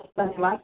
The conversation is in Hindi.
शुक्ला निवास